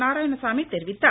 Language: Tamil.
நாராயணசாமி தெரிவித்தார்